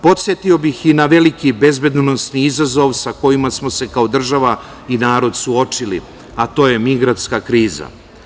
Podsetio bih i na veliki bezbedonosni izazov sa kojim smo se kao država i narod suočili, a to je migrantska kriza.